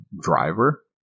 driver